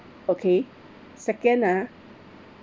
okay second ah